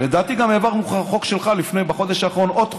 לדעתי גם העברנו חוק שלך בחודש האחרון, עוד חוק.